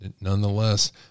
nonetheless